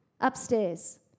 Upstairs